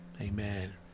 Amen